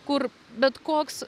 kur bet koks